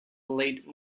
late